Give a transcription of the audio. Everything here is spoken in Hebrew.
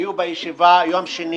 היו בישיבה ביום שני